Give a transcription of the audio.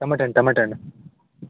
tomato ಹಣ್ tomato ಹಣ್